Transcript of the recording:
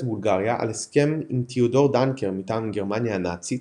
בולגריה על הסכם עם תיאודור דנקר מטעם גרמניה הנאצית,